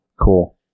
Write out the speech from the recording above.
Cool